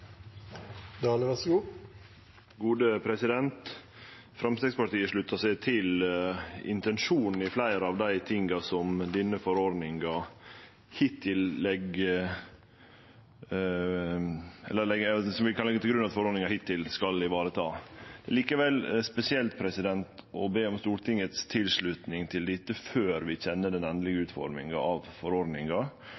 Framstegspartiet sluttar seg til intensjonen i mykje av det vi hittil kan leggje til grunn at forordninga skal vareta. Likevel er det spesielt å be om tilslutning frå Stortinget til dette før vi kjenner den